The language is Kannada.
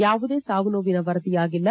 ಯಾವುದೇ ಸಾವು ನೋವಿನ ವರದಿಯಾಗಿಲ್ಲ